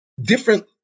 Different